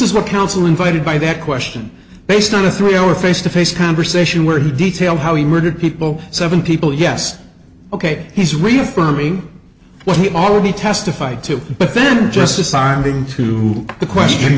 is what counsel invited by that question based on a three hour face to face conversation where he detailed how he murdered people seven people yes ok he's reaffirming what he already testified to but then just assigning to the question